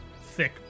thick